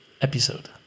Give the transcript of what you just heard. episode